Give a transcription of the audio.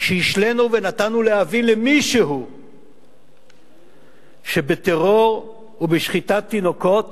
שהשלינו ונתנו להבין למישהו שבטרור ובשחיטת תינוקות